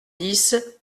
dix